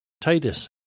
Titus